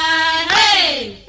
a